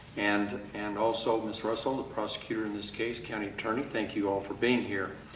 and and also, ms. russell, the prosecutor in this case, county attorney. thank you all for being here.